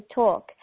talk